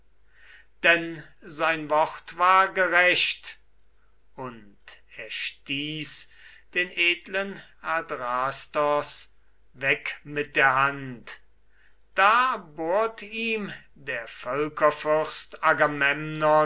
denn sein wort war gerecht und er stieß den edlen adrastos weg mit der hand da bohrt ihm der